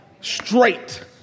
Straight